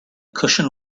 cushion